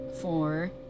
Four